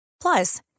Plus